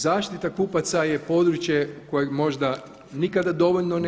Zaštita kupaca je područje koje možda nikada dovoljno ne